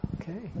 okay